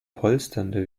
polsternde